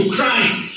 Christ